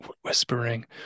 whispering